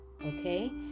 okay